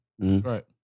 right